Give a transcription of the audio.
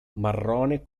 marrone